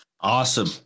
Awesome